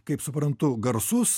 kaip suprantu garsus